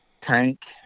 tank